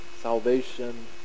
salvation